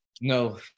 No